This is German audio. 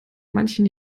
manchen